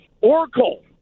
Oracle